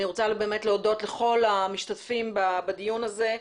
אני רוצה להודות לכל המשתתפים בדיון הזה.